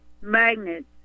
magnets